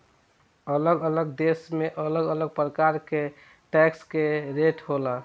अलग अलग देश में अलग अलग प्रकार के टैक्स के रेट होला